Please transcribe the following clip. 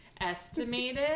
estimated